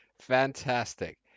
Fantastic